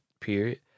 period